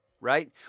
right